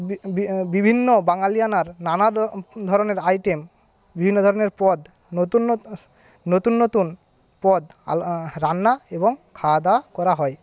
বিভিন্ন বাঙালিয়ানার নানা ধরনের আইটেম বিভিন্ন ধরনের পদ নতুন নতুন নতুন পদ রান্না এবং খাওয়াদাওয়া করা হয়